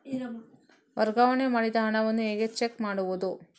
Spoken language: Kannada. ವರ್ಗಾವಣೆ ಮಾಡಿದ ಹಣವನ್ನು ಹೇಗೆ ಚೆಕ್ ಮಾಡುವುದು?